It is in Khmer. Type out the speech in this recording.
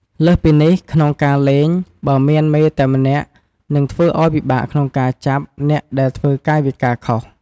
លើសពីនេះ ក្នុងការលេង បើមានមេតែម្នាក់នឹងធ្វើឱ្យពិបាកក្នុងការចាប់អ្នកដែលធ្វើកាយវិការខុស។